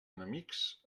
enemics